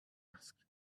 asked